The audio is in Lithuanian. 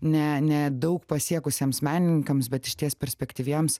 ne ne daug pasiekusiems menininkams bet išties perspektyviems